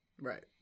Right